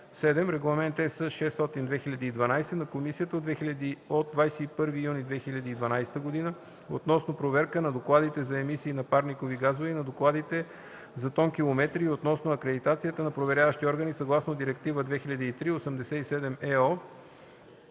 7. Регламент (ЕС) № 600/2012 на Комисията от 21 юни 2012 г. относно проверката на докладите за емисии на парникови газове и на докладите за тонкилометри и относно акредитацията на проверяващи органи съгласно Директива 2003/87/ЕО